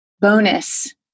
bonus